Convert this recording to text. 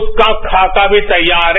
उसका खाका भी तैयार है